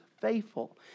faithful